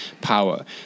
power